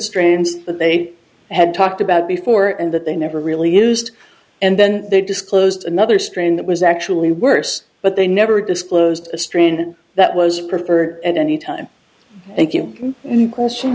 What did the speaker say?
strains that they had talked about before and that they never really used and then they disclosed another strain that was actually worse but they never disclosed a strain that was preferred at any time thank you question